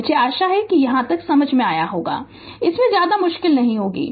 तो मुझे आशा है कि यह समझ में आ गया होगा Refer Slide Time 1808 इसमें ज्यादा मुश्किल नहीं होगी